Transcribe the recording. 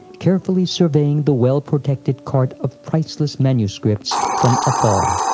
carefully surveying the well-protected cart of priceless manuscripts from afar.